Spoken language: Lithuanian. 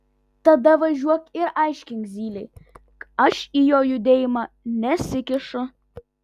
tada važiuok ir aiškink zylei aš į jo judėjimą nesikišu